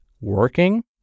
working